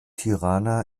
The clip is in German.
tirana